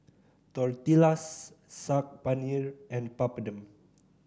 Tortillas Saag Paneer and Papadum